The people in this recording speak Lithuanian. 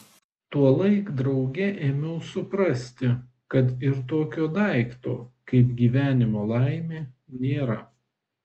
tuolaik drauge ėmiau suprasti kad ir tokio daikto kaip gyvenimo laimė nėra